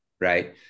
right